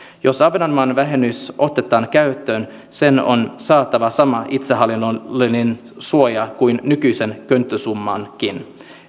jos ahvenanmaan vähennys otetaan käyttöön sen on saatava sama itsehallinnollinen suoja kuin nykyisen könttäsummankin